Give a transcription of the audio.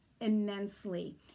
immensely